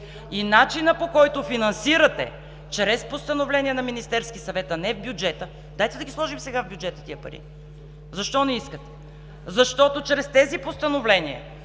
Начинът, по който финансирате – чрез постановления на Министерския съвет, а не в бюджета, дайте да ги сложим сега в бюджета тези пари. Защо не искате? Защото чрез тези постановления